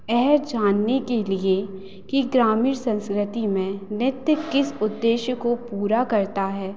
यह जानने के लिए कि ग्रामीण संस्कृति में नृत्य किस उद्देश को पूरा करता है